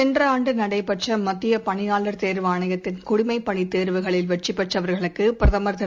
சென்றஆண்டுநடைபெற்றமத்தியபணியாளர் தேர்வாணையத்தின் குடிமைப் பணித் தேர்வுகளில் வெற்றிபெற்றவர்களுக்குபிரதமர் திரு